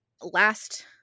last